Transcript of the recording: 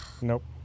nope